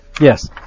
Yes